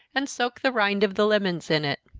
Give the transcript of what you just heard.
and soak the rind of the lemons in it.